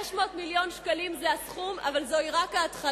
600 מיליון שקלים זה הסכום, אבל זו רק ההתחלה.